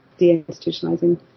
deinstitutionalizing